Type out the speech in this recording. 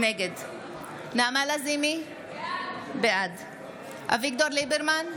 נגד נעמה לזימי, בעד אביגדור ליברמן,